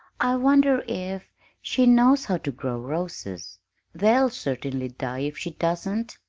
i wonder if she knows how to grow roses they'll certainly die if she doesn't!